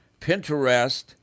Pinterest